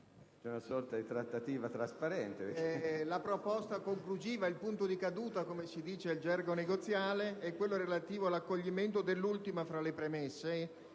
*relatore*. Signor Presidente, la proposta conclusiva, il punto di caduta, come si dice in gergo negoziale, è quella relativa all'accoglimento dell'ultima fra le premesse,